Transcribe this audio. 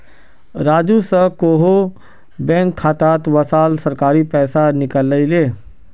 राजू स कोहो बैंक खातात वसाल सरकारी पैसा निकलई ले